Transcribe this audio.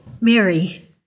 Mary